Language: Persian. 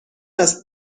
است